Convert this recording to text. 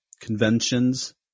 conventions